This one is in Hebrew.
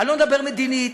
אני לא מדבר מדינית,